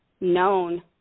known